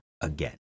again